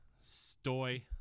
Stoy